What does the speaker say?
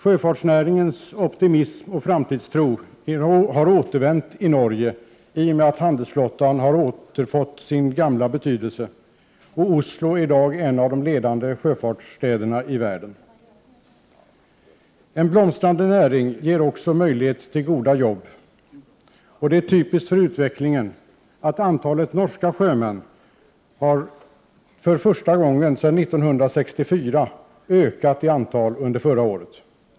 Sjöfartsnäringens optimism och framtidstro har återvänt i Norge i och med att handelsflottan har återfått sin gamla betydelse, och Oslo är i dag en av de ledande sjöfartsstäderna i världen. En blomstrande näring ger också möjlighet till goda jobb, och det är typiskt för utvecklingen att antalet norska sjömän för första gången sedan 1964 har ökat i antal under förra året.